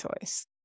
choice